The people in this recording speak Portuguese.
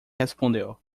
respondeu